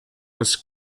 was